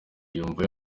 yumva